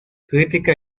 crítica